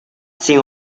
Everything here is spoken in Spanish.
sin